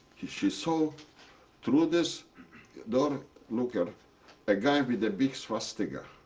she saw through this door looker a guy with a big swastika.